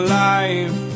life